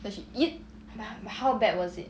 then she meet